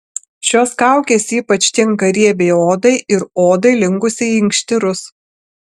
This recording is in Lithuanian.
šios kaukės ypač tinka riebiai odai ir odai linkusiai į inkštirus